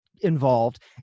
involved